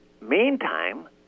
meantime